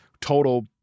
total